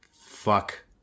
Fuck